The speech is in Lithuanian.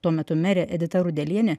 tuo metu merė edita rudelienė